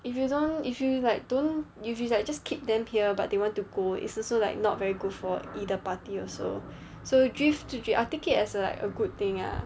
if you don't if you like don't if you like just keep them here but they want to go it's also like not very good for either party also so drift I'll take it as like a good thing ah